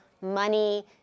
money